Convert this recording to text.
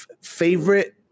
Favorite